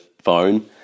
phone